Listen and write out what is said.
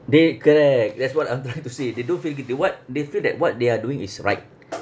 they correct that's what I'm trying to say they don't feel guilty what they feel that what they are doing is right